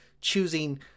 choosing